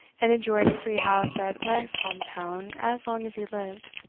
and enjoyed a free house at branxholme town as long as he lived.